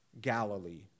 Galilee